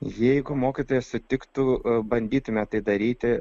jeigu mokytojai sutiktų bandytume tai daryti